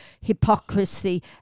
hypocrisy